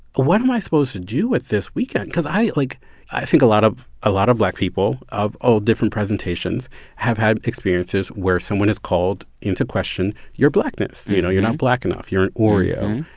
what am i supposed to do with this weekend? because i like i think a lot of ah lot of black people of all different presentations have had experiences where someone has called into question your blackness you know? you're not black enough. you're an oreo.